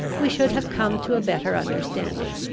we should have come to a better understanding.